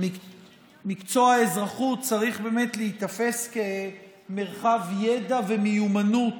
מקצוע האזרחות צריך באמת להיתפס כמרחב ידע ומיומנות